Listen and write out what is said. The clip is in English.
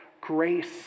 grace